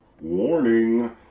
Warning